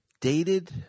Dated